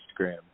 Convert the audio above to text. instagram